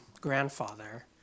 grandfather